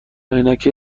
عینکی